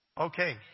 Okay